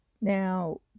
Now